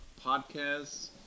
Podcasts